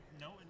no